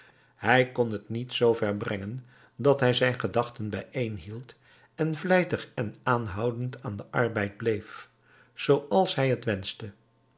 hij kon het niet zoover brengen dat hij zijn gedachten bijeen hield en vlijtig en aanhoudend aan den arbeid bleef zooals hij het wenschte